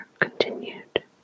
continued